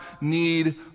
need